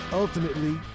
Ultimately